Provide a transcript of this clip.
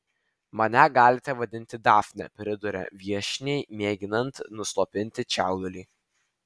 mane galite vadinti dafne priduria viešniai mėginant nuslopinti čiaudulį